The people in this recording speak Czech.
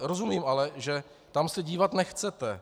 Rozumím ale, že tam se dívat nechcete.